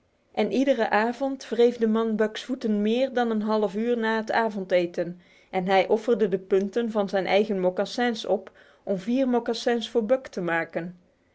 en iedere avond wreef de man buck's voeten meer dan een halfuur na het avondeten en hij offerde de punten van zijn eigen mocassins op om vier mocassins voor buck te maken